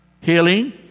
healing